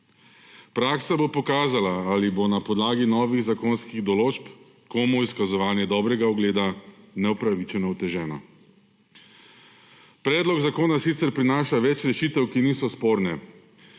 Praksa bo pokazala, ali bo na podlagi novih zakonskih določb komu izkazovanje dobrega ugleda neupravičeno oteženo. Predlog zakona sicer prinaša več rešitev, ki niso sporne.